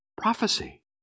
Prophecy